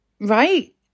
right